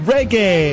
Reggae